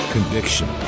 Conviction